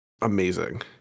amazing